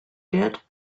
did